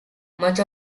much